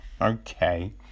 Okay